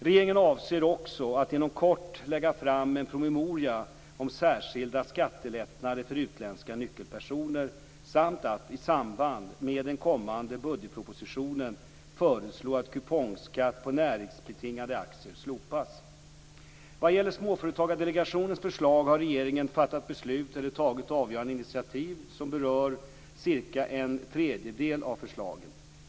Regeringen avser också att inom kort lägga fram en promemoria om särskilda skattelättnader för utländska nyckelpersoner samt att i samband med den kommande budgetpropositionen föreslå att kupongskatt på näringsbetingade aktier slopas. Vad gäller Småföretagsdelegationens förslag har regeringen fattat beslut eller tagit avgörande initiativ som berör cirka en tredjedel av förslagen.